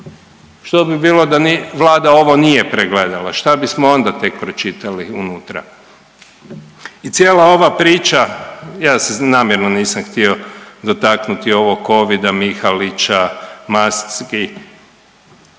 što bi bilo da Vlada ovo nije pregledala, šta bismo onda tek pročitali unutra i cijela ova priča, ja se namjerno nisam htio dotaknuti ovog covida, Mihalića, maski,